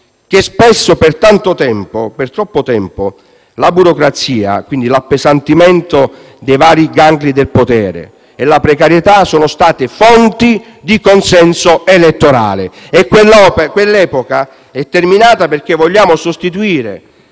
Spesso per tanto tempo, per troppo tempo, la burocrazia, e quindi l'appesantimento dei vari gangli del potere, e la precarietà sono state fonti di consenso elettorale. Quell'epoca ora è terminata, perché vogliamo sostituire